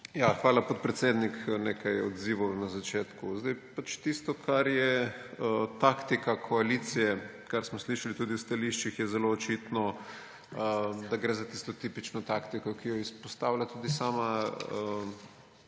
Hvala, podpredsednik. Nekaj odzivov na začetku. Tisto, kar je taktika koalicije, kar smo slišali tudi v stališčih, je zelo očitno, da gre za tisto tipično taktiko, ki jo je izpostavila tudi sama